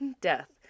death